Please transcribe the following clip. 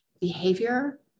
behavior